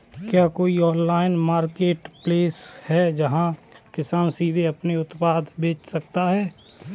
क्या कोई online marketplace है जहाँ किसान सीधे अपने उत्पाद बेच सकते हैं?